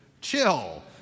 Chill